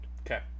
Okay